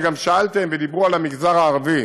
וגם שאלתם ודיברו על המגזר הערבי: